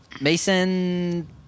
Mason